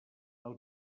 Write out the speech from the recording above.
que